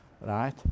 right